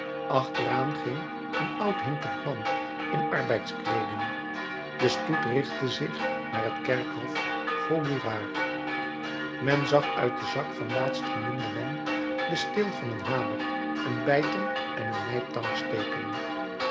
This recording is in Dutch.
achteraan ging een oud hinkend man in arbeidskleeding de stoet richtte zich naar het kerkhof vaugirard men zag uit den zak van laatstgenoemden man den steel van een hamer een beitel en een nijptang steken